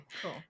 cool